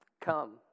come